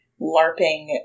LARPing